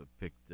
picked